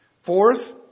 Fourth